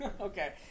Okay